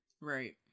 Right